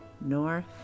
north